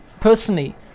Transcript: personally